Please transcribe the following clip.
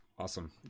Awesome